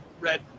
red